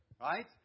right